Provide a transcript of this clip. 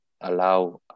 allow